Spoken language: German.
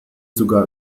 sogar